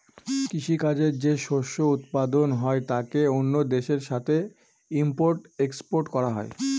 কৃষি কাজে যে শস্য উৎপাদন হয় তাকে অন্য দেশের সাথে ইম্পোর্ট এক্সপোর্ট করা হয়